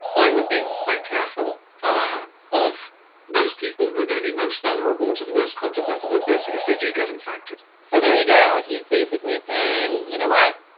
i would be quite careful of those people who are going to be most vulnerable to the worst consequences of this, if they do get infected so there you go. he's basically saying, you know what?